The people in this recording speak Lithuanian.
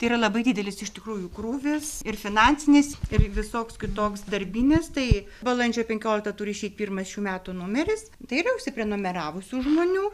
tai yra labai didelis iš tikrųjų krūvis ir finansinis ir visoks kitoks darbinis tai balandžio penkioliktą turi išeit pirmas šių metų numeris tai užsiprenumeravusių žmonių